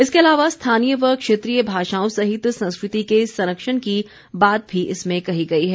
इसके अलावा स्थानीय व क्षेत्रीय भाषाओं सहित संस्कृति के संरक्षण की बात भी इसमें कही गई है